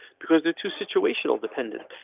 because there two situational dependent.